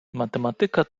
matematyka